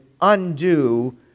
undo